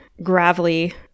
gravelly